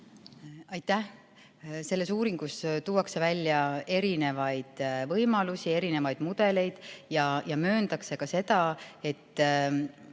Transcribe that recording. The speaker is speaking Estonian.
Aitäh! Selles uuringus tuuakse välja erinevaid võimalusi, erinevaid mudeleid, ja mööndakse, et